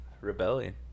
rebellion